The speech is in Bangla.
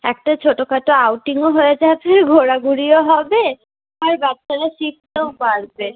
একটা ছোটো খাটো আউটিংও হয়ে যাবে ঘোরাঘুরিও হবে আর বাচ্চারা শিখতেও পারবে